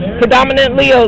predominantly